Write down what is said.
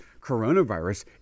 coronavirus